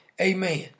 Amen